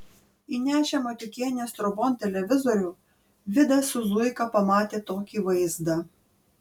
įnešę matiukienės trobon televizorių vidas su zuika pamatė tokį vaizdą